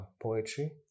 poetry